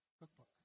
cookbook